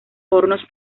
hornos